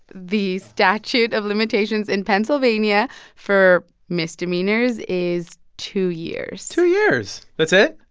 the statute of limitations in pennsylvania for misdemeanors is two years two years. that's it?